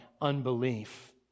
unbelief